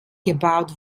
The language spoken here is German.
gebaut